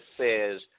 says